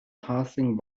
passing